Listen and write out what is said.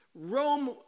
Rome